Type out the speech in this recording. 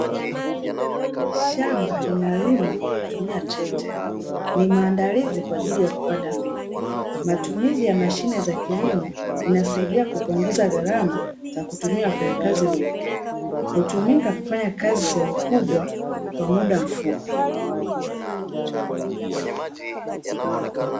Shamba linalimwa kwa kutumia trekta, Ni maandalizi kwa ajili ya kupanda mbegu. Matumizi ya mashine za kilimo inasaidia kupunguza gharama za kutumia wafanyakazi wengi. Hutumika kufanya kazi sehemu kubwa kwa muda mfupi